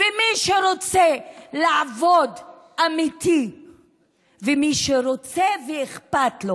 מי שרוצה לעבוד אמיתי ומי שרוצה ואכפת לו